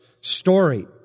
story